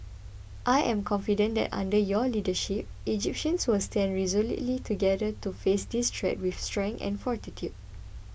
I am confident that under your leadership Egyptians will stand resolutely together to face this threat with strength and fortitude